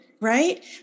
right